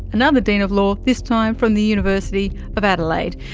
another dean of law this time from the university of adelaide.